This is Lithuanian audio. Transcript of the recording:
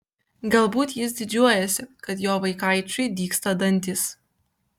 galbūt jis didžiuojasi kad jo vaikaičiui dygsta dantys